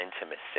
intimacy